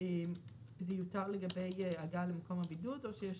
זה יותר לגבי הגעה למקום הבידוד או שיש